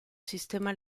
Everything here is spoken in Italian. sistema